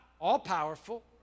all-powerful